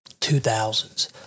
2000s